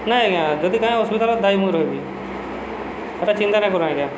ନାଇଁ ଆଜ୍ଞା ଯଦି କାଇଁ ଅସୁବିଧା ହେଲା ଦାୟୀ ମୁଁ ରହିବି ଏଟା ଚିନ୍ତା ନାଇଁ କର ଆଜ୍ଞା